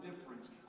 difference